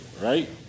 right